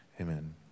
Amen